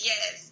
Yes